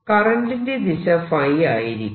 കറന്റിന്റെ ദിശ ϕ ആയിരിക്കും